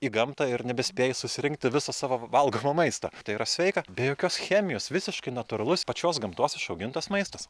į gamtą ir nebespėji susirinkti viso savo valgomo maisto tai yra sveika be jokios chemijos visiškai natūralus pačios gamtos išaugintas maistas